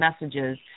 messages